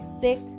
sick